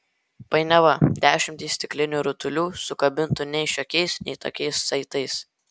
painiava dešimtys stiklinių rutulių sukabintų nei šiokiais nei tokiais saitais